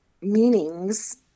meanings